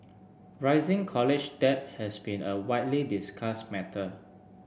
rising college debt has been a widely discussed matter